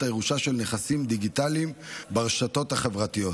הירושה של נכסים דיגיטליים ברשתות החברתיות.